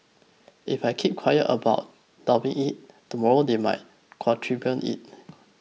if I keep quiet about doubling it tomorrow they might quadruple it